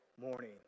morning